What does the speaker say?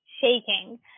shaking